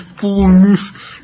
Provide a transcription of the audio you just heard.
fullness